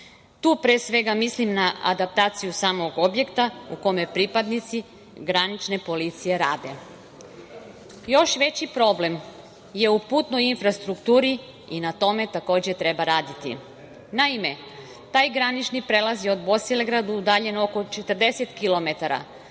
Tu pre svega mislim na adaptaciju samog objekta, u kome pripadnici granične policije rade. Još veći problem je u putnoj infrastrukturi i na tome takođe treba raditi. Naime, taj granični prelaz od Bosilegrada udaljen oko 40